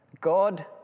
God